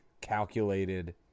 calculated